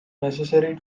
necessary